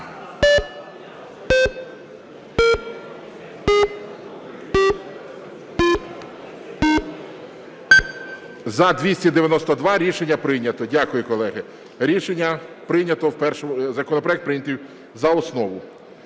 За-292 Рішення прийнято. Дякую, колеги. Рішення прийнято в першому... Законопроект прийнятий за основу.